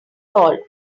doll